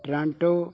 Toronto